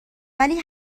ولی